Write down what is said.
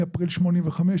מאפריל 1985,